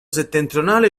settentrionale